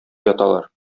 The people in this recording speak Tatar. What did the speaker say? яталар